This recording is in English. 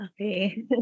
Okay